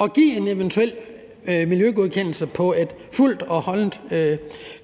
at give en eventuel miljøgodkendelse på et fuldt og holdbart